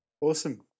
Awesome